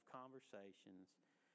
conversations—